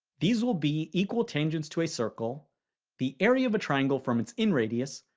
these will be equal tangents to a circle the area of a triangle from its in radius,